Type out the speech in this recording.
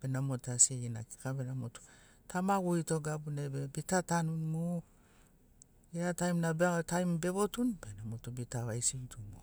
bena motu asigina kika bena motu tamagurito gabunai be bita tanuni mu gera taim na beagoni taim na bevotun bena bita vaisin tu moga